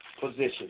position